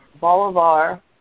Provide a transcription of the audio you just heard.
Bolivar